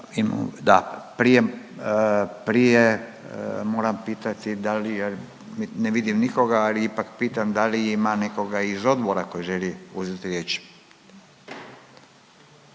prije moram pitati da li je, ne vidim nikoga ali ipak pitam da li ima nekoga iz odbora koji želi uzeti riječ.